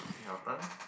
your turn